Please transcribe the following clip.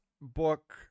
book